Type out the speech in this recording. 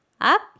up